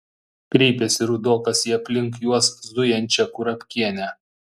kreipėsi rudokas į aplink juos zujančią kurapkienę